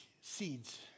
Seeds